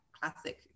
classic